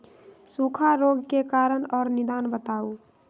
सूखा रोग के कारण और निदान बताऊ?